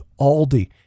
Aldi